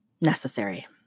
necessary